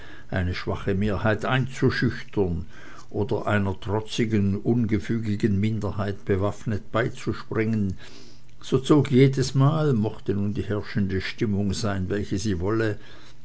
eine schwache mehrheit einzuschüchtern oder einer trotzigen ungefügigen minderheit bewaffnet beizuspringen so zog jedesmal mochte nun die herrschende stimmung sein welche sie wollte